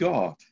God